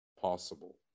possible